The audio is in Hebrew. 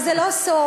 וזה לא סוד,